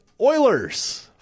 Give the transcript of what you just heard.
Oilers